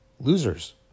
losers